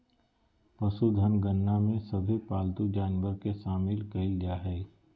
पशुधन गणना में सभे पालतू जानवर के शामिल कईल जा हइ